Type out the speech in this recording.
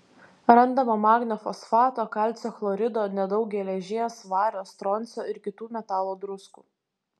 randama magnio fosfato kalcio chlorido nedaug geležies vario stroncio ir kitų metalo druskų